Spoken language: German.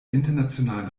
internationalen